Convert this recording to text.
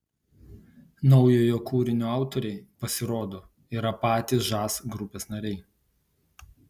naujojo kūrinio autoriai pasirodo yra patys žas grupės nariai